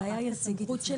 הבעיה היא הסמכות של